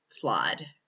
flawed